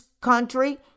country